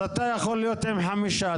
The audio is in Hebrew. אז אתה יכול להיות עם חמישה,